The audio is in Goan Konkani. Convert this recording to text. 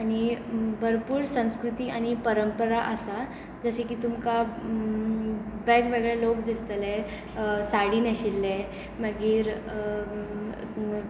आनी भरपूर संस्कृती आनी परंपरा आसा जशे की तुमकां वेगवेगळे लोक दिसतले साडी न्हेशिल्ले मागीर